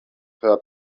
her